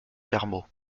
carmaux